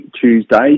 Tuesday